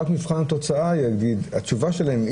רק מבחן התוצאה יגיד או התשובה שלהם אם